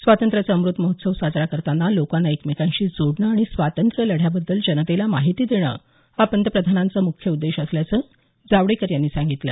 स्वातंत्र्याचा अमृत महोत्सव साजरा करताना लोकांना एकमेकांशी जोडणं आणि स्वातंत्र्य लढ्याबद्दल जनतेला महिती देणं हा पंतप्रधानांचा मुख्य उद्देश असल्याचं जावडेकर यांनी सांगितलं